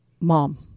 mom